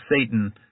Satan